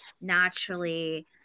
naturally